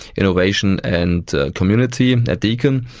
innovation and community at deakin,